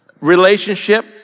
relationship